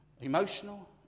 emotional